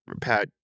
Pat